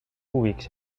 weeks